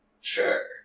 Sure